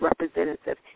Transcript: representative